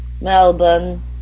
Melbourne